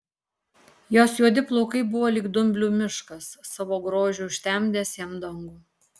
jos juodi plaukai buvo lyg dumblių miškas savo grožiu užtemdęs jam dangų